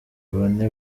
bane